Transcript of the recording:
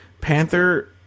Panther